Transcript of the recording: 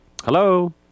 Hello